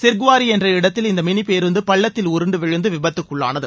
சிர்க்குவாரி என்ற இடத்தில் இந்த மினி பேருந்து பள்ளத்தில் உருண்டு விழுந்து விபத்திற்குள்ளானது